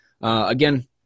Again